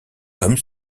comme